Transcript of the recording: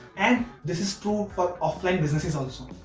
and this is true for offline businesses also.